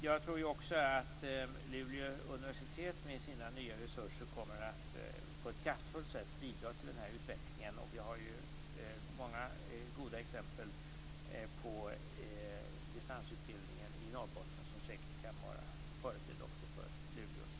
Jag tror att Luleå tekniska universitet med sina nya resurser kommer att på ett kraftfullt sätt bidra till den här utvecklingen. Vi har många goda exempel på distansutbildningen i Norrbotten som säkert kan vara förebild för Luleå tekniska universitet.